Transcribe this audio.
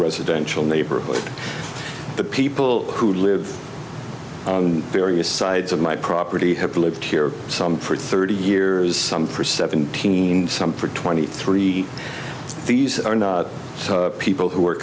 residential neighborhood the people who live various sides of my property have lived here some for thirty years some for seventeen some for twenty three these are not people who are